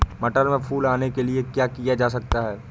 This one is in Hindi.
मटर में फूल आने के लिए क्या किया जा सकता है?